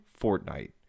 Fortnite